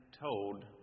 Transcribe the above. told